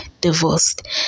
divorced